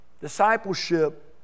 Discipleship